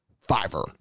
fiver